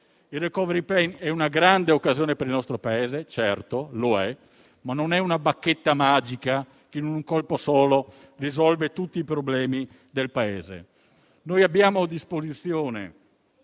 è certamente una grande occasione per il nostro Paese, ma non è una bacchetta magica che in un colpo solo risolve tutti i problemi del Paese. Abbiamo a disposizione